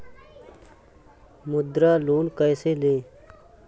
मुद्रा लोन कैसे ले?